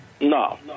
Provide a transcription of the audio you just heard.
no